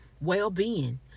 well-being